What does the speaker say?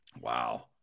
Wow